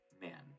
man